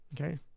Okay